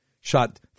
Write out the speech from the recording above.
shot